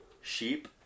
sheep